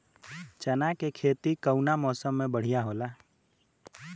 चना के खेती कउना मौसम मे बढ़ियां होला?